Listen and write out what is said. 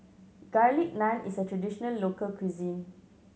Garlic Naan is a traditional local cuisine